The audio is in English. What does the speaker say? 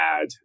add